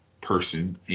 person